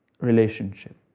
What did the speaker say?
relationship